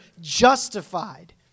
justified